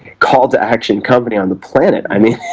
call-to-action company on the planet, i mean